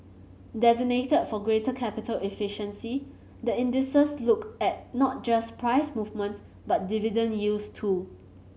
designed for greater capital efficiency the indices look at not just price movements but dividend yields too